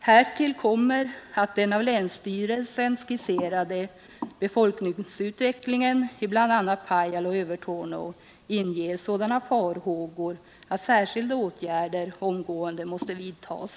Härtill kommer att den av länsstyrelsen skisserade befolkningsutvecklingen i bl.a. Pajala och Övertorneå inger sådana farhågor att särskilda åtgärder omgående måste vidtas.